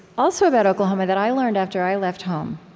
also about oklahoma, that i learned after i left home,